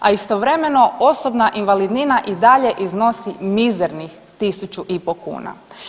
A istovremeno osobna invalidnina i dalje iznosi mizernih 1 500 kuna.